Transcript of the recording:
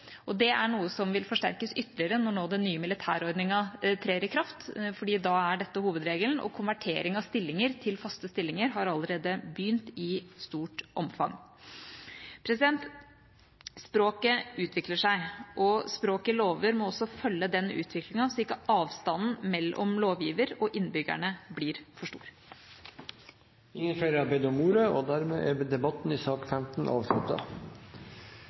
år. Det er noe som vil forsterkes ytterligere nå når den nye militærordningen trer i kraft, for da er dette hovedregelen, og konvertering av stillinger til faste stillinger har allerede begynt i stort omfang. Språket utvikler seg, og språket i lover må også følge den utviklingen, så ikke avstanden mellom lovgiver og innbyggerne blir for stor. Flere har ikke bedt om ordet til sak nr. 15. Etter ønske fra utenriks- og